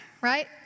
Right